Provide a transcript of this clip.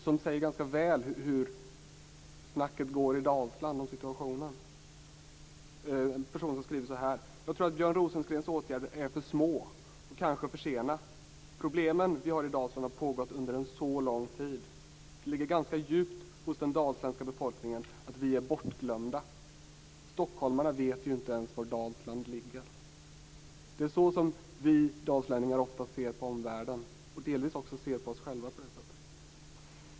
Det visar ganska väl hur snacket går i Dalsland om situationen. En person skriver följande: Jag tror att Björn Rosengrens åtgärder är för små och kanske kommer för sent. Problemen vi har i Dalsland har pågått under så lång tid, och det ligger ganska djupt hos den dalsländska befolkningen att vi är bortglömda. Stockholmarna vet ju inte ens var Det är på detta sätt som vi dalslänningar ofta ser på omvärlden och delvis också på oss själva.